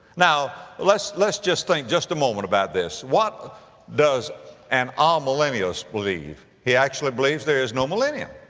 now, let's, let's just think just a moment about this. what does an amillennialist believe? he actually believes there is no millennium.